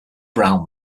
brown